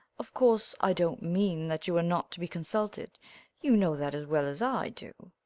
of course i don't mean that you are not to be consulted you know that as well as i do.